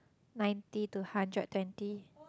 ninety to hundred twenty